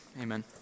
amen